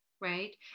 right